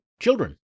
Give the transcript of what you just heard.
children